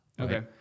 Okay